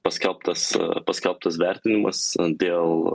paskelbtas paskelbtas vertinimas dėl